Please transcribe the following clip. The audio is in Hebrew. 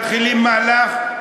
מתחילים מהלך,